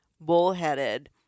bullheaded